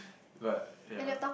but ya